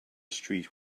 street